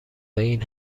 این